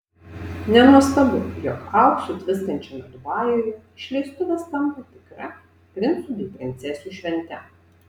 nenuostabu jog auksu tviskančiame dubajuje išleistuvės tampa tikra princų bei princesių švente